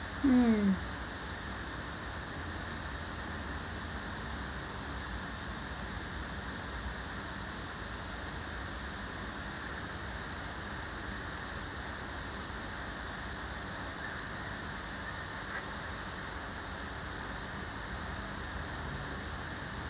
mm